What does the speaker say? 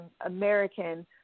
American